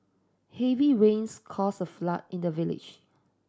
heavy rains caused a flood in the village